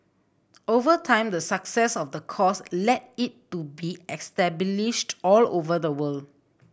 over time the success of the course led it to be established all over the world